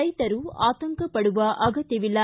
ರೈತರು ಆತಂಕಪಡುವ ಅಗತ್ಯವಿಲ್ಲ